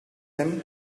him